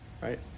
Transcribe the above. right